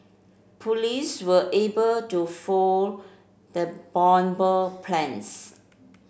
police were able to foil the bomber plans